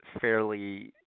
fairly